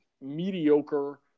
mediocre